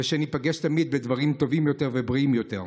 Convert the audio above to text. ושניפגש תמיד בדברים טובים יותר ובריאים יותר.